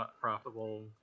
profitable